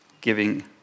giving